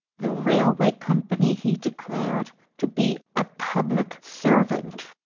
the railway company he declared to be a public servant.